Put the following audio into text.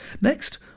Next